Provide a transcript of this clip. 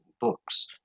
books